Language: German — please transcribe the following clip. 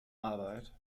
arbeit